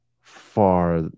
far